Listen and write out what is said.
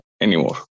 anymore